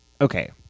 okay